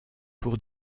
pour